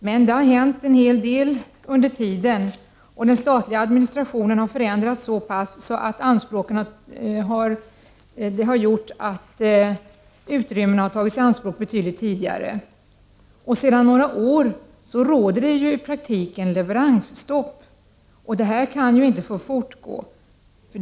Men det har hänt en hel del under tiden, och den statliga administrationen har förändrats så pass mycket att utrymmen har tagits i anspråk betydligt tidigare. Sedan några år tillbaka råder i praktiken leveransstopp. Detta kan inte få fortgå.